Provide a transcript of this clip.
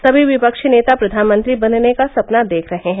सभी विपक्षी नेता प्रधानमंत्री बनने का सपना देख रहे हैं